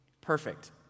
perfect